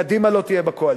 קדימה לא תהיה בקואליציה.